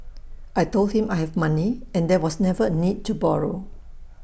I Told him I have money and there was never A need to borrow